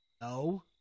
No